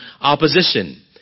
opposition